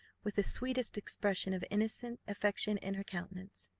with the sweetest expression of innocent affection in her countenance.